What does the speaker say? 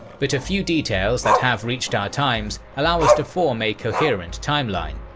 but a few details that have reached our times allow us to form a coherent timeline.